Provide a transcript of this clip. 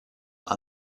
are